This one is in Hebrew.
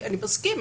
אני מסכים,